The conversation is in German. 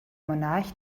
monarch